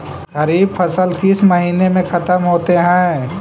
खरिफ फसल किस महीने में ख़त्म होते हैं?